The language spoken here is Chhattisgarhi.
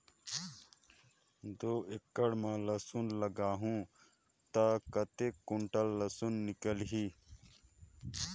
दो एकड़ मां लसुन लगाहूं ता कतेक कुंटल लसुन निकल ही?